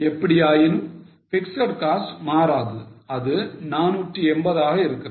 எப்படியாயினும் fixed cost மாறாது அது 480 ஆக இருக்கிறது